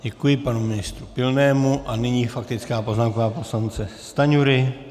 Děkuji panu ministru Pilnému a nyní faktická poznámka pana poslance Stanjury.